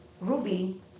Ruby